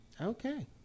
Okay